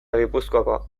gipuzkoako